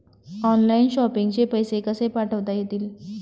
Online shopping चे पैसे कसे पाठवता येतील?